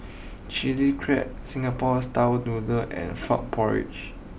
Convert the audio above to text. Chilli Crab Singapore style Noodles and Frog Porridge